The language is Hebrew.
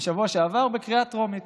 בשבוע שעבר בקריאה טרומית.